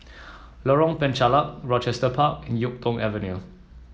Lorong Penchalak Rochester Park and YuK Tong Avenue